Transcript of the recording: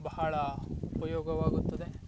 ಬಹಳ ಉಪಯೋಗವಾಗುತ್ತದೆ